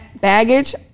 baggage